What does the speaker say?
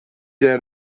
der